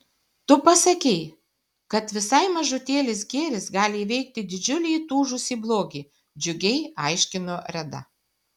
tu pasakei kad visai mažutėlis gėris gali įveikti didžiulį įtūžusį blogį džiugiai aiškino reda